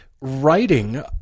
writing